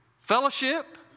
fellowship